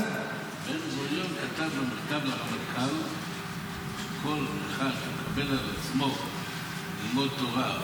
בן-גוריון כתב במכתב לרמטכ"ל שכל אחד שיקבל על עצמו ללמוד תורה,